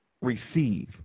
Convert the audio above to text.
receive